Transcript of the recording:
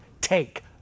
take